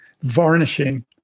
varnishing